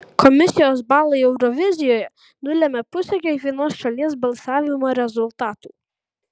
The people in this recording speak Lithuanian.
komisijos balai eurovizijoje nulemia pusę kiekvienos šalies balsavimo rezultatų